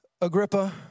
Agrippa